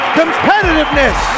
competitiveness